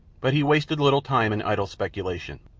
but he wasted little time in idle speculation.